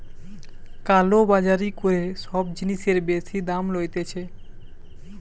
কালো বাজারি করে সব জিনিসের বেশি দাম লইতেছে